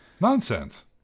Nonsense